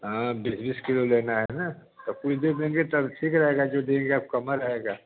हाँ बीस किलो लेना है ना तब कुछ दे देंगे तब ठीक रहेगा जो दीजिएगा आप कम ही रहेगा